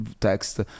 text